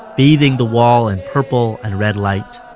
bathing the wall in purple and red light.